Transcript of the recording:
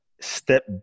step